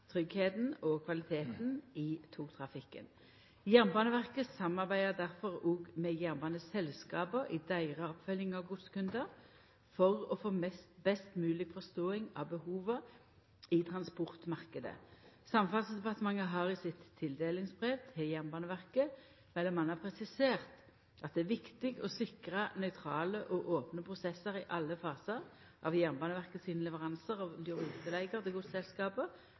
og kvaliteten i togtrafikken. Jernbaneverket samarbeider difor òg med jernbaneselskapa i deira oppfølging av godskundar for å få best mogleg forståing av behova i transportmarknaden. Samferdselsdepartementet har i sitt tildelingsbrev til Jernbaneverket m.a. presisert at det er viktig å sikra nøytrale og opne prosesser i alle fasar av Jernbaneverket sine leveransar av ruteleiger til